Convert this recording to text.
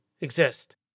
exist